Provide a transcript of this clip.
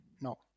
No